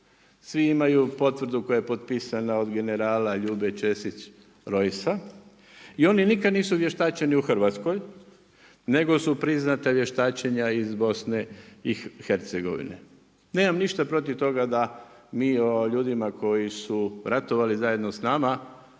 Svi imaju potvrdu koja je potpisana od generala Ljube Ćesić Rojsa i oni nikada nisu vještačeni u Hrvatskoj nego su priznata vještačenja iz BiH-a. Nemam ništa protiv toga da mi o ljudima koji su ratovali zajedno s nama